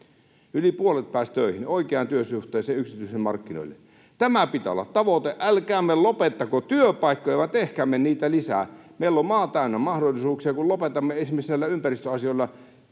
yli puolet pääsi töihin, oikeaan työsuhteeseen yksityisille markkinoille. Tämän pitää olla tavoite. Älkäämme lopettako työpaikkoja, vaan tehkäämme niitä lisää. Meillä on maa täynnä mahdollisuuksia, kun lopetamme esimerkiksi näillä ympäristöasioilla